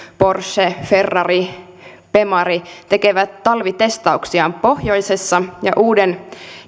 porsche ferrari bemari tekevät talvitestauksiaan pohjoisessa ja uuden